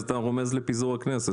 אז אתה רומז לפיזור הכנסת?